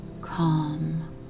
Calm